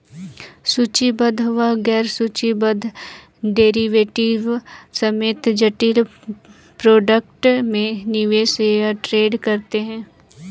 सूचीबद्ध व गैर सूचीबद्ध डेरिवेटिव्स समेत जटिल प्रोडक्ट में निवेश या ट्रेड करते हैं